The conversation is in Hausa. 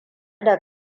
da